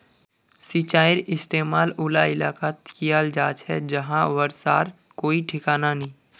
सिंचाईर इस्तेमाल उला इलाकात कियाल जा छे जहां बर्षार कोई ठिकाना नी